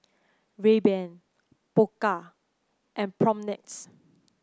Rayban Pokka and Propnex